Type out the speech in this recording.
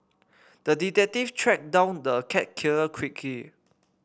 the detective tracked down the cat killer quickly